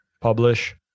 publish